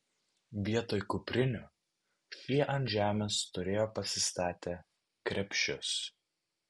vietoj kuprinių šie ant žemės turėjo pasistatę krepšius